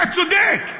אתה צודק.